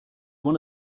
one